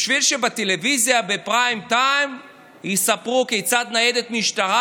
בשביל שבטלוויזיה בפריים-טיים יספרו כיצד ניידת משטרה